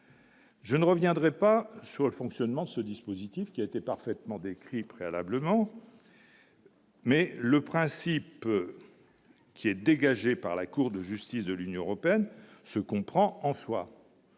Je ne reviendrai pas sur le fonctionnement de ce dispositif qui a été parfaitement décrit préalablement. Mais le principe qui est dégagé par la Cour de justice de l'Union européenne se comprend en soi